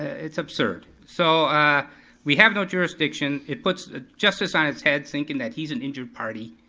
it's absurd. so we have no jurisdiction, it puts ah justice on its head thinking that he's an injured party.